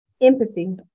Empathy